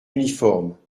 uniforme